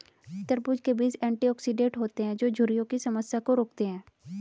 तरबूज़ के बीज एंटीऑक्सीडेंट होते है जो झुर्रियों की समस्या को रोकते है